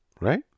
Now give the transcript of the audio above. right